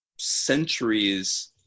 centuries